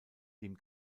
dem